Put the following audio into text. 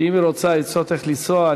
שאם היא רוצה עצות איך לנסוע,